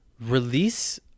Release